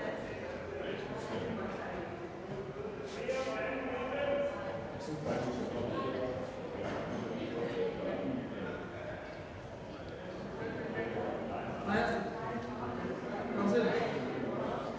Hvad er det,